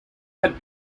had